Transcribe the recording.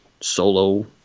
solo